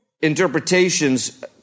interpretations